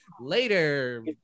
later